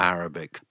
Arabic